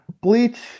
Bleach